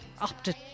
opted